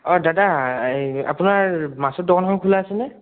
অঁ দাদা এই আপোনাৰ মাছৰ দোকানখন খোলা আছেনে